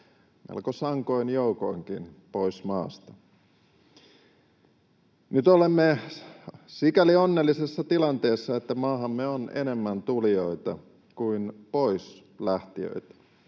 melko sankoin joukoinkin, pois maasta. Nyt olemme sikäli onnellisessa tilanteessa, että maahamme on enemmän tulijoita kuin pois lähtijöitä.